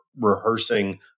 rehearsing